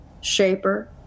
shaper